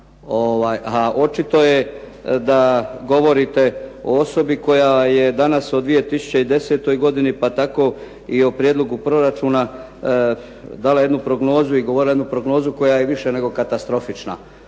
A očito je da govorite o osobi koja je danas o 2010. godini pa tako i o prijedlogu proračuna dala jednu prognozu i govorila jednu prognozu koja je više nego katastrofična.